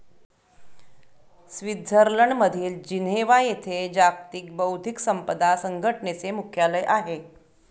स्वित्झर्लंडमधील जिनेव्हा येथे जागतिक बौद्धिक संपदा संघटनेचे मुख्यालय आहे